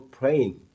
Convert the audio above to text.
praying